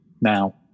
now